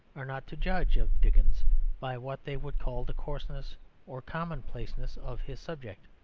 are not to judge of dickens by what they would call the coarseness or commonplaceness of his subject.